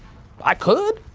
i could,